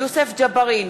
יוסף ג'בארין,